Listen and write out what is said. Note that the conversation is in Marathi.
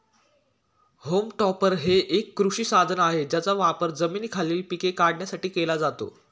होम टॉपर हे एक कृषी साधन आहे ज्याचा वापर जमिनीखालील पिके काढण्यासाठी केला जातो